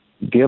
give